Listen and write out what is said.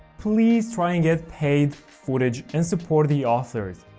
please try and get paid footage and support the authors.